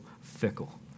fickle